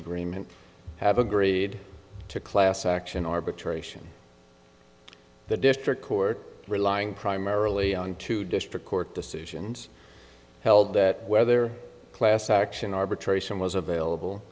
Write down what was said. agreement have agreed to a class action arbitration the district court relying primarily on two district court decisions held that whether class action arbitration was available